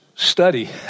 study